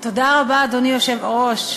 תודה רבה, אדוני היושב-ראש.